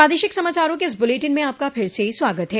प्रादेशिक समाचारों के इस बुलेटिन में आपका फिर से स्वागत है